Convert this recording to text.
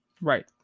Right